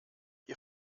ihr